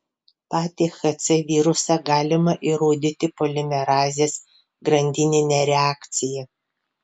patį hc virusą galima įrodyti polimerazės grandinine reakcija